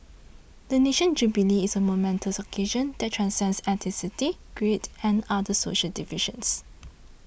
the nation's jubilee is a momentous occasion that transcends ethnicity creed and other social divisions